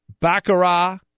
baccarat